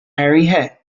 áirithe